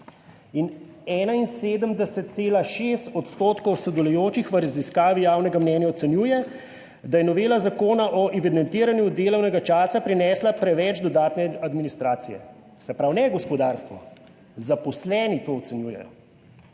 in 71,6 % sodelujočih v raziskavi javnega mnenja ocenjuje, da je novela zakona o evidentiranju delovnega časa prinesla preveč dodatne administracije. Se pravi, ne gospodarstvo, zaposleni to ocenjujejo